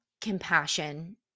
compassion